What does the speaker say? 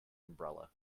umbrella